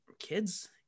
Kids